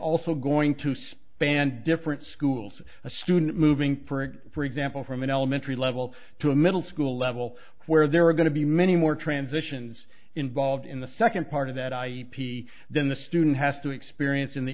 also going to span different schools a student moving for it for example from an elementary level to a middle school level where there are going to be many more transitions involved in the second part of that i p than the student has to experience in the